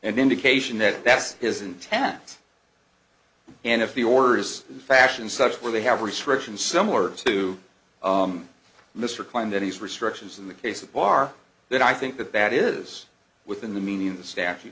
an indication that that's his intent and if the order is in fashion such where they have restrictions similar to mr klein that he's restrictions in the case of bar that i think that that is within the meaning of the staff you